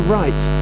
right